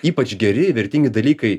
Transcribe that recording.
ypač geri vertingi dalykai